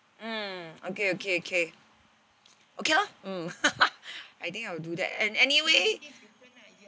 mm okay okay okay okay lor mm I think I will do that and anyway